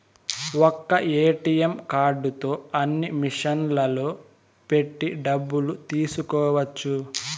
ఒక్క ఏటీఎం కార్డుతో అన్ని మిషన్లలో పెట్టి డబ్బులు తీసుకోవచ్చు